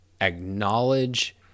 acknowledge